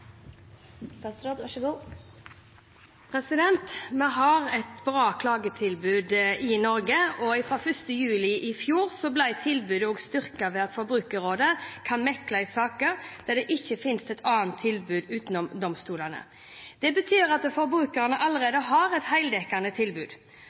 Vi har et bra klagetilbud i Norge, og fra 1. juli i fjor ble tilbudet styrket ved at Forbrukerrådet kan mekle i saker der det ikke finnes et annet tilbud utenom domstolene. Det betyr at forbrukerne